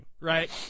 right